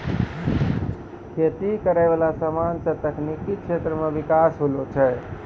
खेती करै वाला समान से तकनीकी क्षेत्र मे बिकास होलो छै